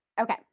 Okay